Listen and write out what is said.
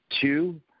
Two